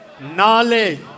knowledge